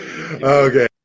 Okay